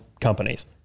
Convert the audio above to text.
companies